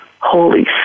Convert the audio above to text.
holy